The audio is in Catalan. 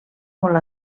molt